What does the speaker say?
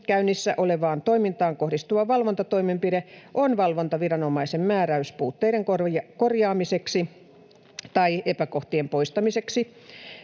käynnissä olevaan toimintaan kohdistuva valvontatoimenpide on valvontaviranomaisen määräys puutteiden korjaamiseksi tai epäkohtien poistamiseksi.